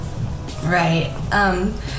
Right